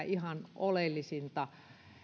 ihan sitä oleellisinta